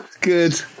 good